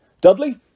Dudley